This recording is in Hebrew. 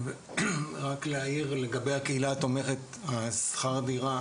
רק להעיר לגבי הקהילה התומכת: שכר הדירה